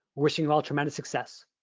wishing you all tremendous success.